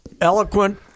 eloquent